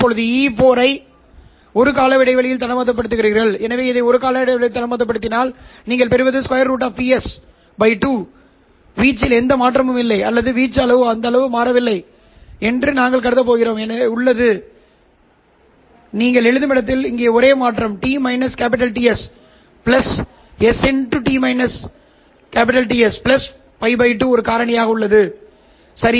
இப்போது நீங்கள் E4 ஐ 1 கால இடைவெளியில் தாமதப்படுத்துகிறீர்கள் எனவே இதை ஒரு கால இடைவெளியில் தாமதப்படுத்தினால் நீங்கள் பெறுவது sqrt 2 வீச்சில் எந்த மாற்றமும் இல்லை அல்லது வீச்சு அவ்வளவு மாற வில்லை என்று நாங்கள் கருதப் போகிறோம் உள்ளது நீங்கள் எழுதும் இடத்தில் இங்கே ஒரு மாற்றம் s ஒரு π 2 காரணி உள்ளது சரி